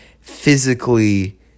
physically